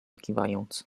kiwając